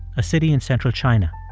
a city in central china.